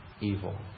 evil